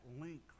link